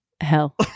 Hell